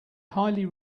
highly